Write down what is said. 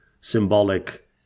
symbolic